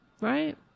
right